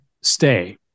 stay